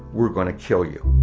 we're going to kill you.